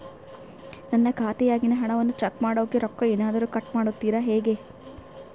ನನ್ನ ಖಾತೆಯಾಗಿನ ಹಣವನ್ನು ಚೆಕ್ ಮಾಡೋಕೆ ರೊಕ್ಕ ಏನಾದರೂ ಕಟ್ ಮಾಡುತ್ತೇರಾ ಹೆಂಗೆ?